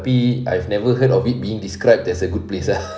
tapi I've never heard of it being described as a good place lah